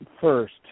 first